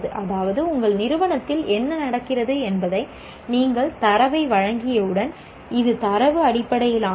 அதாவது உங்கள் நிறுவனத்தில் என்ன நடக்கிறது என்பதை நீங்கள் தரவை வழங்கியவுடன் இது தரவு அடிப்படையிலானது